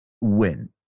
win